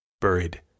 buried